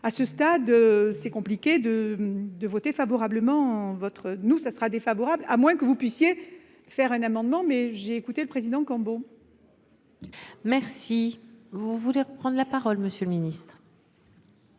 à ce stade. C'est compliqué de, de voter favorablement. Votre nous ça sera défavorable à moins que vous puissiez faire un amendement mais j'ai écouté le président Cambon. Merci vous voulez reprendre la parole monsieur le ministre.